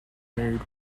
married